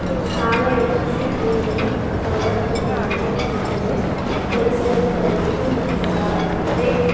ಸಾವಯವ ಕೃಷಿ ಭೂಮಿ ಫಲವತ್ತತೆನ ಹೆಚ್ಚುಸ್ತದೆ ಪರಿಸರನ ಕಲುಷಿತ ಮುಕ್ತ ವಾಗಿಸ್ತದೆ